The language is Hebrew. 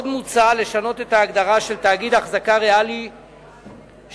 עוד מוצע לשנות את ההגדרה של תאגיד החזקה ריאלי שמוגדר,